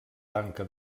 tanca